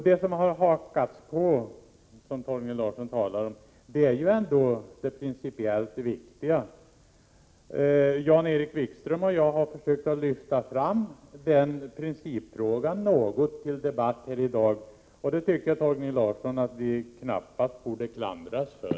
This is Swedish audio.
Det som har hakats på, som Torgny Larsson talar om, är det principiellt viktiga. Jan-Erik Wikström och jag har försökt lyfta fram den principfrågan i debatten här i dag, och det tycker jag, Torgny Larsson, knappast vi borde klandras för.